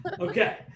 Okay